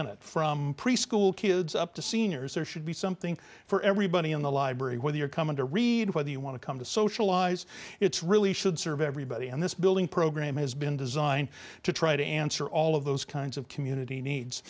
and it from preschool kids up to seniors there should be something for everybody in the library whether you're coming to read whether you want to come to socialize it's really should serve everybody and this building program has been designed to try to answer all of those kinds of community needs